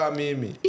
mimi